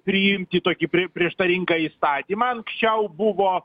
priimti tokį prieštaringą įstatymą anksčiau buvo